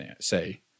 say